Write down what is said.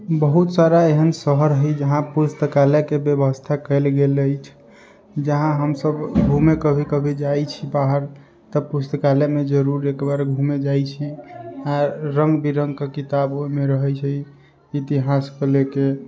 बहुत सारा एहन शहर हइ जहाँ पुस्तकालयके बेबस्था कएल गेल अछि जहाँ हमसब घुमै कभी कभी जाइ छी बाहर तब पुस्तकालयमे जरूर एकबार घुमे जाइ छी आओर रङ्गबिरङ्गके किताब ओहिमे रहै छै इतिहासके लऽ कऽ